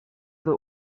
the